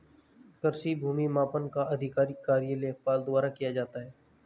कृषि भूमि मापन का आधिकारिक कार्य लेखपाल द्वारा किया जाता है